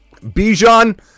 Bijan